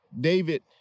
David